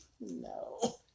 no